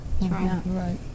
right